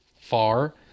far